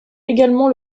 également